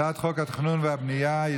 הצעת חוק התכנון והבנייה (תיקון,